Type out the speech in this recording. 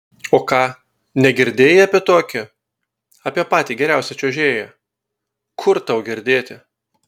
o ką negirdėjai apie tokį apie patį geriausią čiuožėją kur tau girdėti